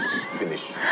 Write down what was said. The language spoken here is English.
finish